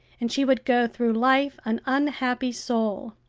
and she would go through life an unhappy soul.